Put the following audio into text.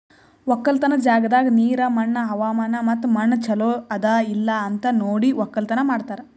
ಒಕ್ಕಲತನದ್ ಜಾಗದಾಗ್ ನೀರ, ಮಣ್ಣ, ಹವಾಮಾನ ಮತ್ತ ಮಣ್ಣ ಚಲೋ ಅದಾ ಇಲ್ಲಾ ಅಂತ್ ನೋಡಿ ಒಕ್ಕಲತನ ಮಾಡ್ತಾರ್